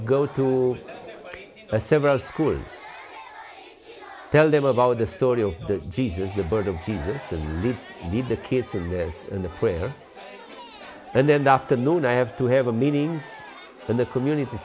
go to several schools tell them about the story of jesus the birth of jesus and the the kids in the in the prayer and then afternoon i have to have a meeting in the community